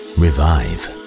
revive